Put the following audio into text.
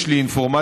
יש לי אינפורמציה,